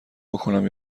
بکـنم